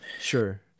Sure